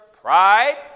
pride